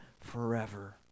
forever